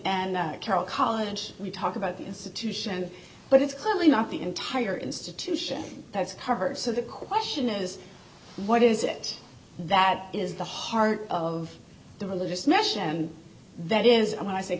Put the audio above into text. and carroll college we talk about the institution but it's clearly not the entire institution that's covered so the question is what is it that is the heart of the religious mission that is and i say